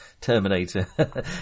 terminator